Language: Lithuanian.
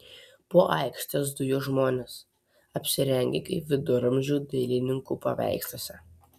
po aikštę zujo žmonės apsirengę kaip viduramžių dailininkų paveiksluose